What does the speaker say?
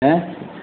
ഏ